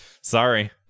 Sorry